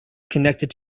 connected